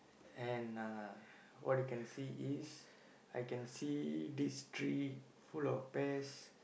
and uh what you can see is I can see this tree full of pears